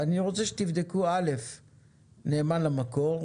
אני רוצה שתבדקו נאמן למקור,